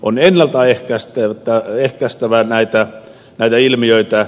on ennalta ehkäistävä näitä ilmiöitä